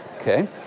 okay